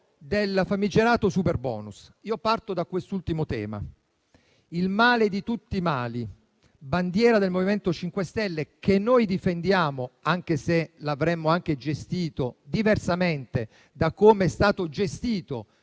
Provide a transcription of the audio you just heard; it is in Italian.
del famigerato superbonus. Io parto da quest'ultimo tema, il male di tutti i mali, bandiera del MoVimento 5 Stelle che noi difendiamo, anche se l'avremmo gestito diversamente da come è stato fatto,